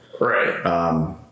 right